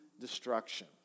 destruction